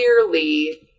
clearly